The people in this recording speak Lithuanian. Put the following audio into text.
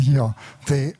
jo tai